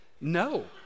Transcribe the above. no